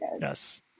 Yes